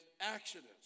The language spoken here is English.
accidents